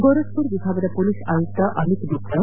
ಗೋರಖ್ಪುರ ವಿಭಾಗದ ಪೊಲೀಸ್ ಆಯುಕ್ತ ಅಮಿತ್ ಗುಪ್ತಾ